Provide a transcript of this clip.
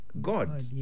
God